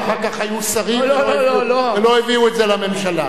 ואחר כך היו שרים ולא הביאו את זה לממשלה.